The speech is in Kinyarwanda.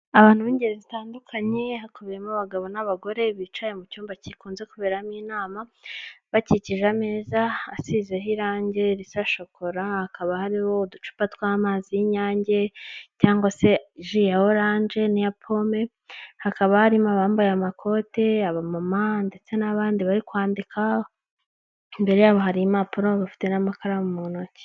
Abantu b'ingeri zitandukanye hakubiyemo abagabo n'abagore bicaye mu cyumba gikunze kuberamo inama, bakikije ameza asizeho irangi risa shokora, hakaba hariho uducupa tw'amazi y'inyange cyangwa se ji ya orange n'iya pome, hakaba harimo abambaye amakote, abamama ndetse n'abandi bari kwandika, imbere yabo hari impapuro bafite n'amakaramu mu ntoki.